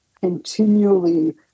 continually